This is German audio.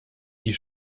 die